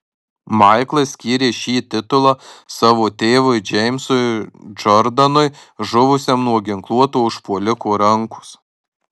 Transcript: maiklas skyrė šį titulą savo tėvui džeimsui džordanui žuvusiam nuo ginkluoto užpuoliko rankos